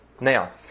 Now